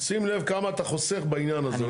שים לב כמה אתה חוסך בעניין הזה.